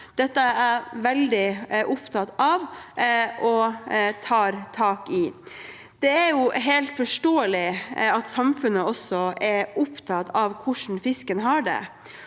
Dette er jeg veldig opptatt av og tar tak i. Det er helt forståelig at samfunnet også er opptatt av hvordan fisken har det.